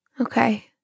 Okay